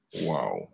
Wow